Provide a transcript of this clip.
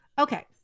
Okay